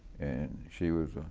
and she was